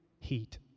heat